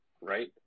right